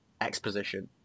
exposition